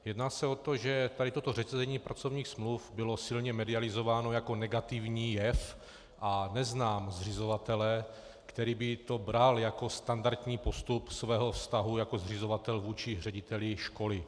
Jedná se o to, že toto řetězení pracovních smluv bylo silně medializováno jako negativní jev, a neznám zřizovatele, který by to bral jako standardní postup svého vztahu jako zřizovatel vůči řediteli školy.